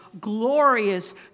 glorious